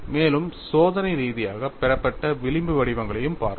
மேலும் சோதனை ரீதியாக பெறப்பட்ட விளிம்பு வடிவங்களையும் பார்ப்போம்